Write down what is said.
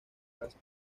casa